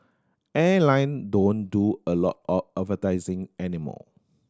airline don't do a lot of advertising any more